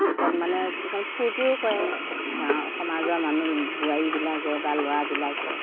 পিছত মানে কিছুমান ফুৰ্তিও কৰে গাঁৱৰ সমাজৰ মানুহ বোৱাৰীবিলাকে বা ল'ৰাবিলাকে